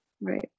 Right